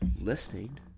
listening